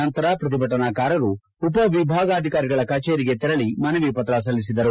ನಂತರ ಪ್ರತಿಭಟನಾಕಾರರು ಉಪವಿಭಾಗಾಧಿಕಾರಿಗಳ ಕಚೇರಿಗೆ ತೆರಳಿ ಮನವಿ ಪತ್ರ ಸಲ್ಲಿಸಿದರು